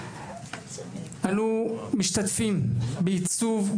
בעבודתנו אנו משתתפים בעיצוב,